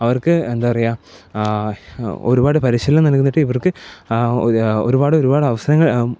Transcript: അവർക്ക് എന്താ പറയുക ഒരുപാട് പരിശീലനം നൽകിയിട്ട് ഇവർക്ക് ഒരുപാടൊരുപാട് അവസരങ്ങൾ